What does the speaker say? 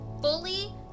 fully